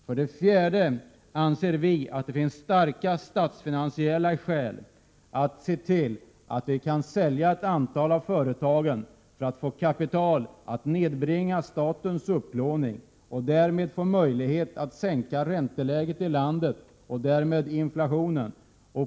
För det fjärde anser vi att det finns starka statsfinansiella skäl för att sälja ett antal av företagen för att få kapital till att nedbringa statens upplåning. Därmed skulle vi få möjlighet att sänka ränteläget i landet, liksom inflationen.